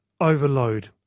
overload